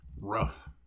rough